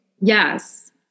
Yes